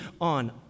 on